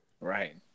Right